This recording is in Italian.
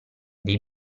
dei